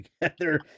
together